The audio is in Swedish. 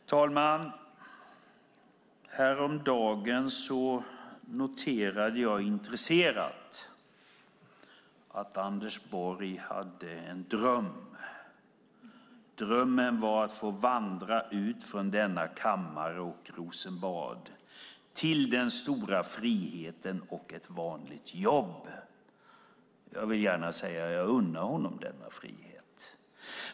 Herr talman! Häromdagen noterade jag intresserat att Anders Borg hade en dröm. Drömmen var att få vandra ut från denna kammare och från Rosenbad till den stora friheten och ett vanligt jobb. Jag vill gärna säga att jag unnar honom denna frihet.